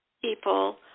people